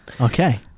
Okay